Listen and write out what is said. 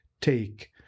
take